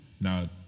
Now